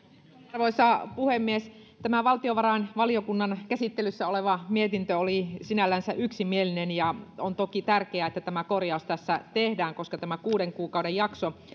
arvoisa puhemies tämä valtiovarainvaliokunnan käsittelyssä oleva mietintö oli sinällänsä yksimielinen ja on toki tärkeää että tämä korjaus tässä tehdään koska tämä kuuden kuukauden jakso